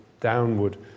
downward